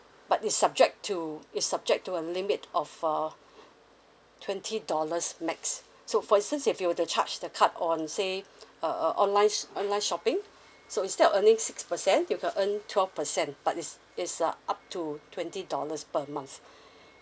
but it's subject to it's subject to a limit of uh twenty dollars max so for instance if you were to charge the card on say uh uh online sh~ online shopping so instead of earning six percent you can earn twelve percent but it's it's uh up to twenty dollars per month